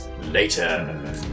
later